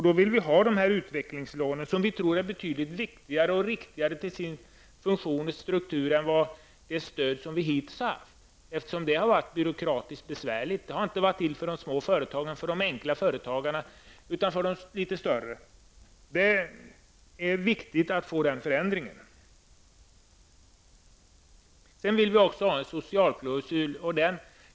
Då vill vi ha kvar utvecklingslånen, som vi tror är betydligt viktigare och riktigare till sin funktion och struktur än det stöd som hittills har funnits, eftersom det har varit byråkratiskt besvärligt. Det har inte varit till för de små och enkla företagen utan för de litet större företagen, och det är angeläget att åstadkomma en förändring. Vi vill också ha en socialklausul.